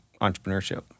entrepreneurship